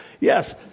Yes